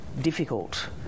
difficult